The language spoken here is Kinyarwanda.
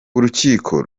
urukiko